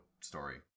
story